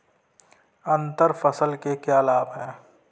अंतर फसल के क्या लाभ हैं?